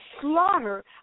slaughter